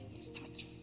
start